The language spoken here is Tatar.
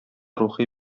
рухи